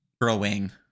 Growing